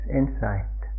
insight